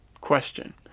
Question